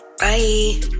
Bye